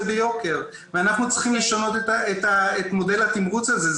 ביוקר ואנחנו צריכים לשנות את מודל התמרוץ הזה.